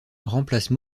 remplace